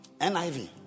NIV